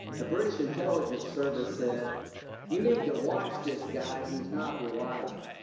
the british intelligence service said you need to watch this guy, he is not reliable.